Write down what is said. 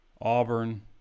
Auburn